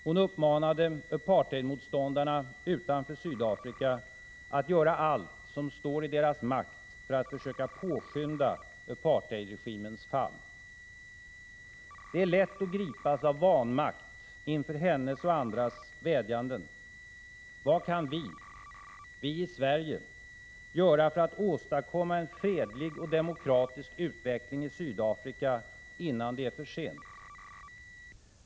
Hon uppmanade apartheidmotståndarna utanför Sydafrika att göra allt som står i deras makt för att försöka påskynda apartheidregimens fall. Det är lätt att gripas av vanmakt inför hennes och andras vädjanden. Vad kan vi i Sverige göra för att åstadkomma en fredlig och demokratisk utveckling i Sydafrika innan det är för sent?